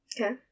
Okay